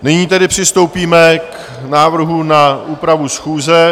Nyní tedy přistoupíme k návrhům na úpravu schůze.